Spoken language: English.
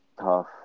tough